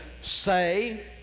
say